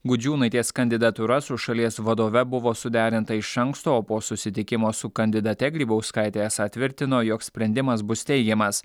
gudžiūnaitės kandidatūra su šalies vadove buvo suderinta iš anksto o po susitikimo su kandidate grybauskaitė esą tvirtino jog sprendimas bus teigiamas